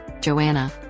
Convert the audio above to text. Joanna